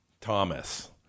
Thomas